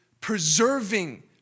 preserving